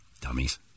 Dummies